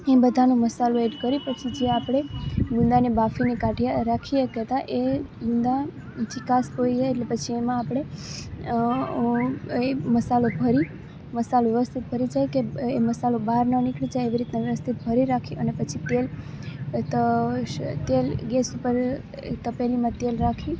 એ બધાનો મસાલો એડ કરી પછી જે આપણે ગુંદાને બાફી ને કાઢ્યાં રાખ્યાં હતાં એ ગુંદા ચિકાશ ફોઇ જાય પછી એમાં આપણે એ મસાલો ભરી મસાલો વ્યવસ્થિત ભરી જાય કે એ મસાલો બહાર ન નીકળી જાય એવી રીતનાં વ્યવસ્થિત ભરી રાખી અને પછી તેલ તેલ ગેસ ઉપર એ તપેલીમાં તેલ રાખી